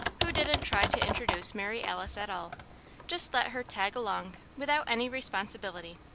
who didn't try to introduce mary alice at all just let her tag along without any responsibility.